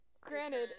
Granted